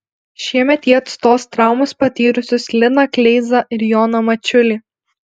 šiemet jie atstos traumas patyrusius liną kleizą ir joną mačiulį